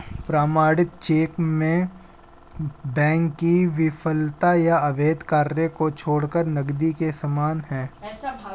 प्रमाणित चेक में बैंक की विफलता या अवैध कार्य को छोड़कर नकदी के समान है